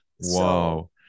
Wow